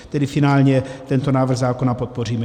Tedy finálně tento návrh zákona podpoříme.